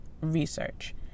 research